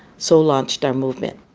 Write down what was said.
so launched our movement